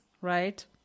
right